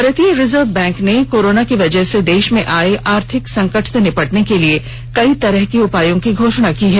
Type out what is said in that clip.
भारतीय reserve bank ने corona की वजह से देष में आये आर्थिक संकट से निपटने के लिए कई तरह के उपायों की घोषणा की है